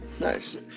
Nice